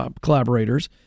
collaborators